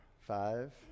Five